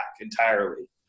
entirely